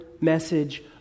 message